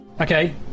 Okay